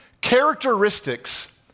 characteristics